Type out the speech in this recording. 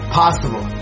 possible